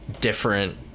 different